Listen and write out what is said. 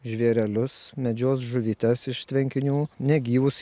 žvėrelius medžios žuvytes iš tvenkinių negyvus